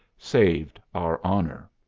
saved our honor.